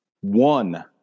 one